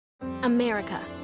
America